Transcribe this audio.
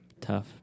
Tough